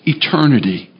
eternity